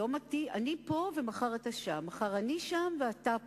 היום אני פה ומחר אתה שם, מחר אני שם ואתה פה.